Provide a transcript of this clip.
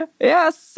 Yes